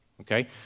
okay